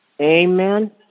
Amen